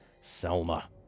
Selma